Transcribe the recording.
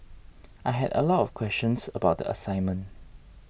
I had a lot of questions about the assignment